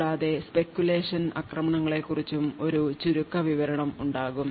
കൂടാതെ speculation ആക്രമണങ്ങളെക്കുറിച്ചും ഒരു ചുരുക്കവിവരണം ഉണ്ടാകും